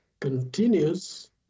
continues